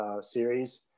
Series